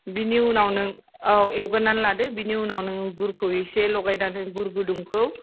बिनि उनाव नों औ एवगोरनानै लादो बिनि उनाव नों गुरखौ एसे लगायनानै गुर गुदुंखौ